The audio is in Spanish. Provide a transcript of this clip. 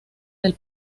del